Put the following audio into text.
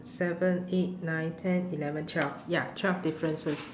seven eight nine ten eleven twelve ya twelve differences